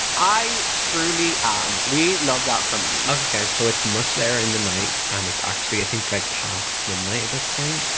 i truly am we love that for me. okay guys so it's much later in the night and it's actually i think like past midnight at this point